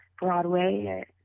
Broadway